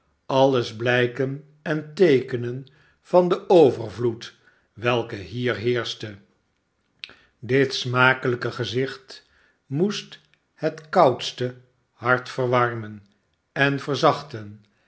alles blijken en teekenen van den overvloed welke hier heerschte dit smakelijke gezicht moest het koudste hart verwarmen en verzachten